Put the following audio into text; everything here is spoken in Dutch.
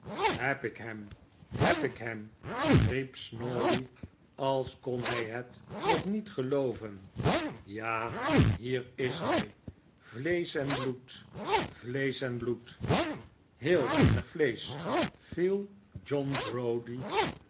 heb ik hem heb ik hem riep snawley als kon hij het nog niet gelooven ja hier is hij vleesch en bloed vleesch en bloed heel weinig vleesch viel john browdie